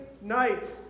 nights